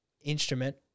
instrument